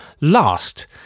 Last